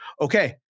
okay